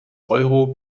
euro